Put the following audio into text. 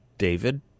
David